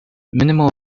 minimal